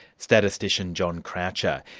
statistician, john croucher.